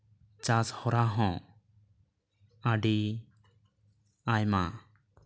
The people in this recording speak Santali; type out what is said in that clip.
ᱪᱟᱥ ᱦᱚᱨᱟ ᱦᱚᱸ ᱟᱹᱰᱤ ᱟᱭᱢᱟ